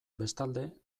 bestalde